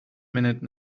minute